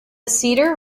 cedar